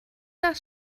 das